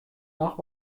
noch